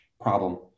problem